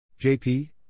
JP